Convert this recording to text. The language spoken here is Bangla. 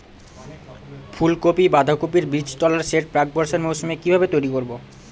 ফুলকপি বাধাকপির বীজতলার সেট প্রাক বর্ষার মৌসুমে কিভাবে তৈরি করব?